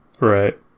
Right